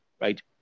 right